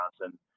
Johnson